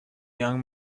young